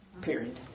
period